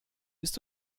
bist